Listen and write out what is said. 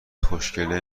خوشکله